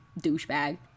douchebag